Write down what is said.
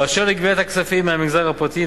באשר לגביית הכספים מהמגזר הפרטי,